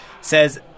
says